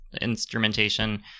instrumentation